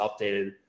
updated